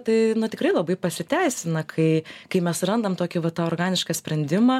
tai tikrai labai pasiteisina kai kai mes surandam tokį vat tą organišką sprendimą